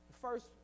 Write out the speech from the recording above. first